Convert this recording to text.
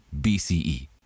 bce